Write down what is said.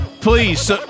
Please